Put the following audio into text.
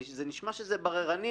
אני גם להצטרף לדברים שאמר בן גביר,